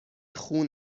خون